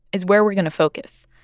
is where we're going to focus.